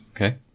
Okay